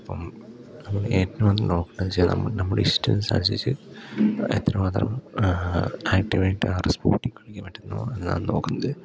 അപ്പം നമ്മൾ ഏറ്റവും നോക്കണേച്ചാ നമ്മൾ നമ്മുടെ ഇഷ്ടത്തിന് അനുസരിച്ച് എത്ര മാത്രം ആക്റ്റീവായിട്ട് ആറ് സ്പോർട്ടിൽ കളിക്കാൻ പറ്റുന്നു എന്നാ നോക്കുന്നത്